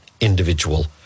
individual